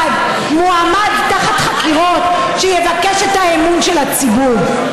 מועמד תחת חקירות שיבקש את האמון של הציבור.